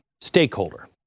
Stakeholder